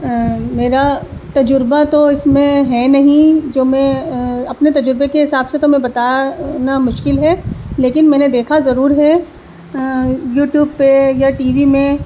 میرا تجربہ تو اس میں ہے نہیں جو میں اپنے تجربے کے حساب سے تو میں بتانا مشکل ہے لیکن میں نے دیکھا ضرور ہے یوٹیوب پہ یا ٹی وی میں